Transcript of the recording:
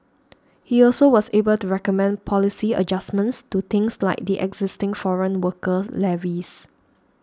he also was able to recommend policy adjustments to things like the existing foreign worker levies